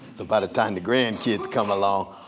the but time the grandkids come along,